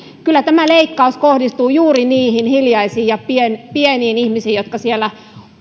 kyllä tämä leikkaus kohdistuu juuri niihin hiljaisiin ja pieniin ihmisiin jotka siellä